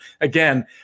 again